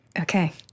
Okay